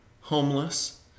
homeless